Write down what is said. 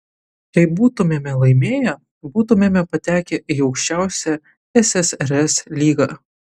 jei būtumėme laimėję būtumėme patekę į aukščiausią ssrs lygą